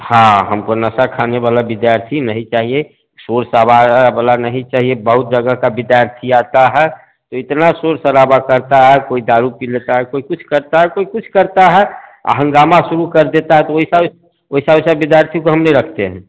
हाँ हमको नशा खाने वाला विद्यार्थी नहीं चाहिए शोर शराबा वाला नहीं चाहिए बहुत जगह के विद्यार्थी आते हैं तो इतना शोर शराबा करते हैं कोई दारू पी लेता है कोई कुछ करता है कोई कुछ करता है और हंगामा शुरू कर देते हैं तो वैसा उस वैसे वैसे विद्यार्थी को हम नहीं रखते हैं